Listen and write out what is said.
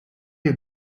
you